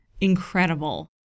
incredible